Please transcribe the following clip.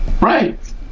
right